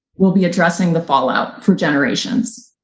we'll be addressing the fallout for generations.